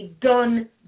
done